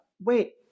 wait